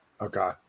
Okay